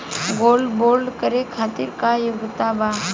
Gold bond करे खातिर का योग्यता बा?